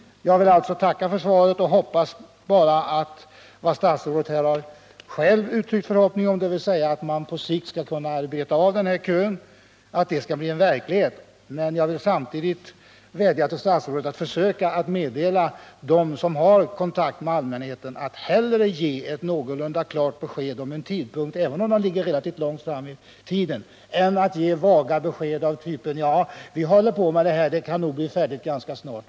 Jag vill alltså tacka för svaret och hoppas att vad statsrådet här uttryckt en förhoppning om, att man på sikt skall kunna arbeta av kön, skall bli en verklighet. Jag vill samtidigt vädja till statsrådet att försöka meddela dem som har kontakt med allmänheten att hellre ge ett någorlunda klart besked om en tidpunkt för beslut, även om denna ligger relativt långt fram i tiden, än att avge vaga besked typen: Vi håller på med detta, det kan nog bli färdigt ganska snart.